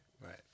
Right